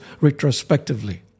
retrospectively